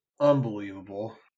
unbelievable